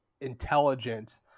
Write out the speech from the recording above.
intelligent